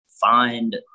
find